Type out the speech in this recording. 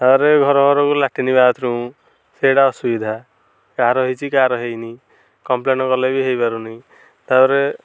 ତାପରେ ଘର ଘରକୁ ଲାଟ୍ରିନ୍ ବାଥରୂମ ସେଗୁଡ଼ା ଅସୁବିଧା କାହାର ହୋଇଛି କାହାର ହୋଇନି କମ୍ପ୍ଲେନ କଲେ ବି ହୋଇପାରୁନି ତାପରେ